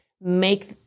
make